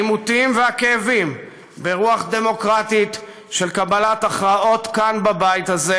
העימותים והכאבים ברוח דמוקרטית של קבלת הכרעות כאן בבית הזה,